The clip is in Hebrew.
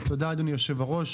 תודה אדוני היושב-ראש,